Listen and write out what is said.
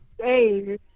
hey